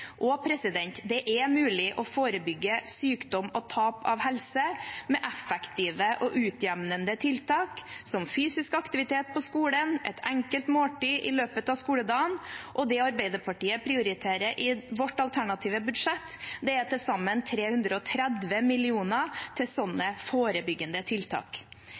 Og det er mulig å forebygge sykdom og tap av helse med effektive og utjevnende tiltak, som fysisk aktivitet på skolen og et enkelt måltid i løpet av skoledagen. Og det vi i Arbeiderpartiet prioriterer i vårt alternative budsjett, er til sammen 330 mill. kr til slike forebyggende tiltak.